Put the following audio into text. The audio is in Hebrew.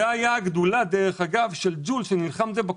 דרך אגב, זאת הייתה הגדולה של ג'ול שנלחמתם בה.